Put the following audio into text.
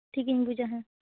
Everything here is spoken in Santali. ᱴᱷᱤᱠᱤᱧ ᱵᱩᱡᱟ ᱦᱮᱸ